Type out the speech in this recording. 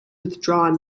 withdrawn